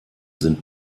sind